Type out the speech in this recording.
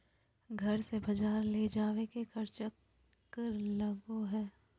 घर से बजार ले जावे के खर्चा कर लगो है?